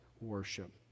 worship